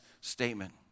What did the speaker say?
statement